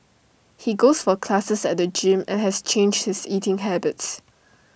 he goes for classes at the gym and has changed his eating habits